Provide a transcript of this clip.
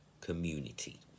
community